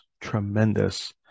tremendous